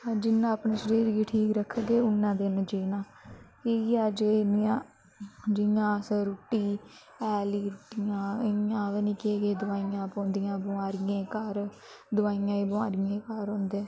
अस जिन्ना अपने शरीर गी ठीक रखगे उन्ने दिन जीना इ'यै ऐ जे इन्नियां जियां अस रुट्टी हैली रुट्टियां इ'यां पता नी केह् केेह् दवाइयां पौंदियां बमारियें घर दवाइयां बी बमारियें दे घर होंदे